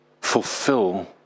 fulfill